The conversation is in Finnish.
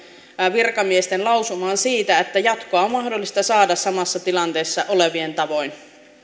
virkamiesten lausumaan siitä että jatkoa on mahdollista saada samassa tilanteessa olevien tavoin